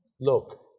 Look